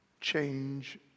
change